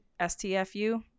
STFU